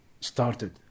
started